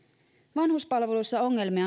vanhuspalveluissa ongelmia